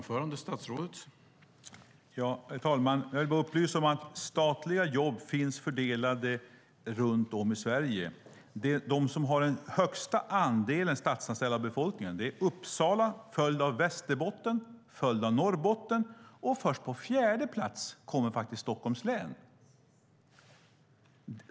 Herr talman! Jag vill bara upplysa om att statliga jobb finns fördelade runt om i Sverige. De ställen som har den största andelen statsanställda i relation till befolkningen är Uppsala, följt av Västerbotten och Norrbotten. Först på fjärde plats kommer Stockholms län.